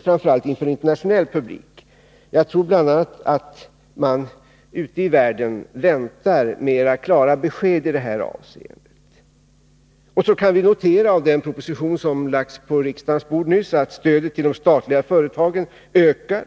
framför allt sett av en internationell publik. Jag tror att man bl.a. ute i världen väntar mera klara besked i detta avseende. Men vi kan ju notera av den proposition som nyligen lagts på riksdagens bord att stödet till de statliga företagen skall öka.